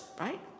right